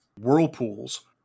whirlpools